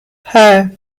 hei